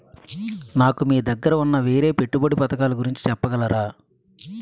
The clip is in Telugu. నాకు మీ దగ్గర ఉన్న వేరే పెట్టుబడి పథకాలుగురించి చెప్పగలరా?